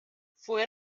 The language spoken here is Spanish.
fue